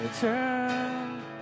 Turn